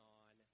on